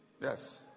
Yes